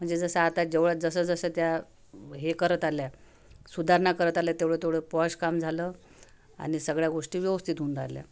म्हणजे जसं आता जेवढं जसंजसं त्या हे करत आल्या सुधारणा करत आल्या तेवढंतेवढं पॉश काम झालं आणि सगळ्या गोष्टी व्यवस्थित होऊन राहिल्या